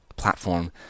platform